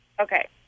Okay